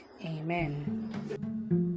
Amen